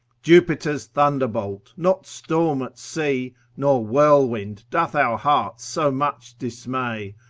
jupiter's thunderbolt, not storm at sea, nor whirlwind doth our hearts so much dismay.